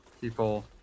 people